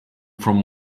from